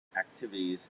activities